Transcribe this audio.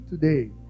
today